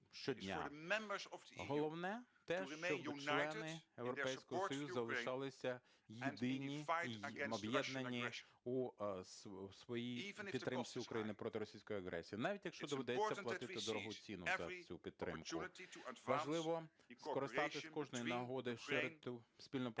Європейського Союзу залишалися єдині і об'єднані у своїй підтримці України проти російської агресії, навіть якщо доведеться платити дорогу ціну за цю підтримку. Важливо скористатися, з кожної нагоди ширити спільну працю